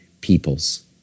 peoples